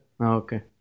Okay